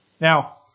Now